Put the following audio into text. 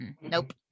nope